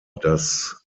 das